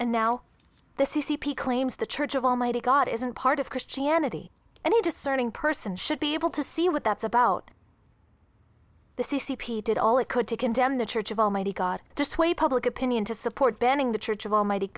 and now this is c p claims the church of almighty god isn't part of christianity any discerning person should be able to see what that's about the c c p did all it could to condemn the church of almighty god just wait public opinion to support banning the church of almighty